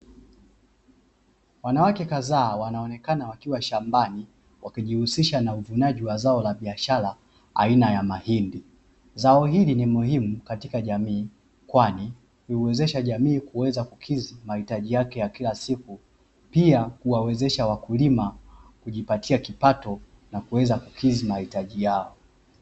Wanawake kadhaa wanaonekana wakiwa shambani, wakijihusisha na uvunaji wa zao la biashara aina ya mahindi. Zao hili ni muhimu katika jamii, kwani huiwezesha jamii kuweza kukidhi mahitaji yake ya kila siku, pia kuwawezesha wakulima kujipatia kipato na kuweza kukidhi mahitaji yao.